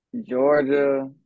Georgia